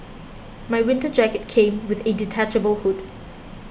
my winter jacket came with a detachable hood